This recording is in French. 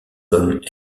comme